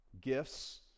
Gifts